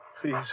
Please